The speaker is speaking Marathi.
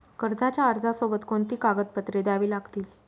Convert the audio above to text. कर्जाच्या अर्जासोबत कोणती कागदपत्रे द्यावी लागतील?